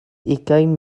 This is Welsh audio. ugain